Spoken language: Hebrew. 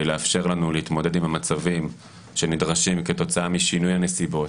לאפשר לנו להתמודד עם המצבים שנדרשים כתוצאה משינוי הנסיבות.